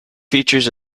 features